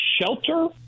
shelter